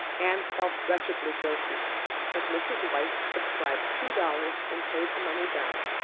anne felt wretchedly guilty but mrs. white subscribed two dollars and paid the money down.